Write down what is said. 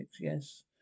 Yes